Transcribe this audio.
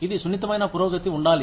ఇది సున్నితమైన పురోగతి ఉండాలి